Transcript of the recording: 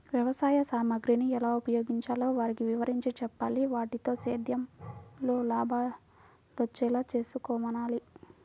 వ్యవసాయ సామగ్రిని ఎలా ఉపయోగించాలో వారికి వివరించి చెప్పాలి, వాటితో సేద్యంలో లాభాలొచ్చేలా చేసుకోమనాలి